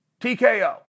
TKO